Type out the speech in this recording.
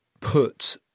put